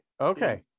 Okay